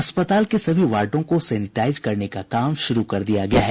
अस्पताल के सभी वार्डों को सेनिटाइज करने का काम शुरू कर दिया गया है